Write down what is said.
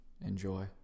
enjoy